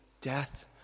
death